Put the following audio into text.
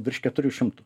virš keturių šimtų